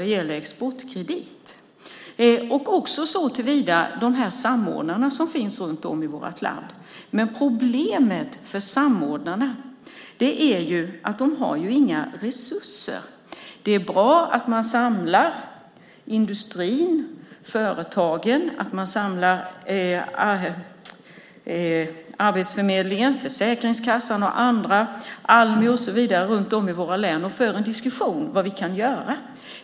Det gäller också de samordnare som finns runt om i vårt land. Men problemet för samordnarna är att de inte har några resurser. Det är bra att man samlar industrin, företagen, Arbetsförmedlingen, Försäkringskassan och andra, Almi och så vidare, runt om i våra län och för en diskussion om vad vi kan göra.